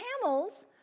camels